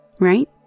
right